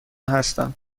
هستم